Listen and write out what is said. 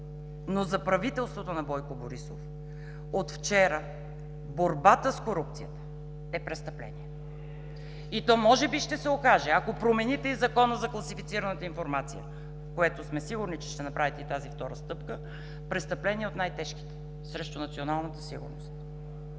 Но за правителството на Бойко Борисов от вчера борбата с корупцията е престъпление и то може би ще се окаже, ако промените и Закона за класифицираната информация, което сме сигурни, че ще направите и тази втора стъпка – престъпление от най-тежките срещу националната сигурност.